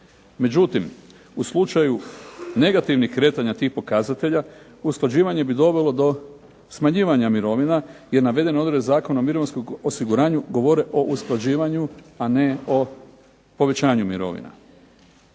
međutim u slučaju negativnih kretanja tih pokazatelja usklađivanje bi dovelo do smanjivanja mirovina jer navedene odredbe Zakona o mirovinskom osiguranju govore o usklađivanju, a ne o povećanju mirovina.